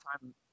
time